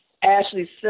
Ashley